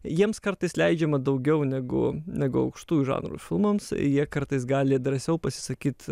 jiems kartais leidžiama daugiau negu negu aukštųjų žanrų filmams jie kartais gali drąsiau pasisakyt